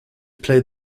played